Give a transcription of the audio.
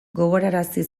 gogorarazi